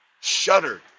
shuddered